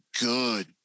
good